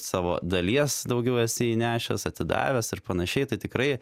savo dalies daugiau esi įnešęs atidavęs ir panašiai tai tikrai